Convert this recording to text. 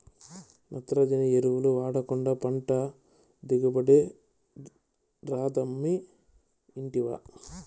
నత్రజని ఎరువులు వాడకుండా పంట దిగుబడి రాదమ్మీ ఇంటివా